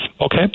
Okay